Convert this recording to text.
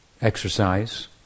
Exercise